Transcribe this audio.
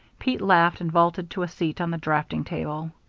pete laughed and vaulted to a seat on the draughting-table.